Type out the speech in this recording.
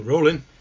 rolling